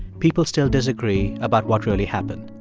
people still disagree about what really happened.